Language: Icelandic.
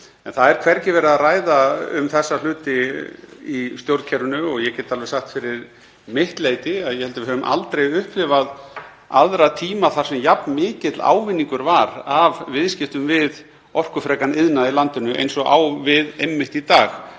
En það er hvergi verið að ræða um þessa hluti í stjórnkerfinu og ég get alveg sagt fyrir mitt leyti að ég held að við höfum aldrei upplifað aðra tíma þar sem jafn mikill ávinningur var af viðskiptum við orkufrekan iðnað í landinu eins og á við einmitt í dag,